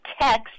text